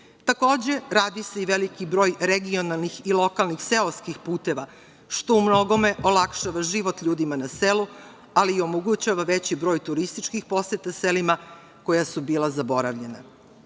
Čačak. Takođe, radi se i veliki broj regionalnih i lokalnih seoskih puteva, što u mnogome olakšava život ljudima na selu, ali i omogućava veći broj turističkih poseta selima, koja su bila zaboravljena. Ja